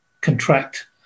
contract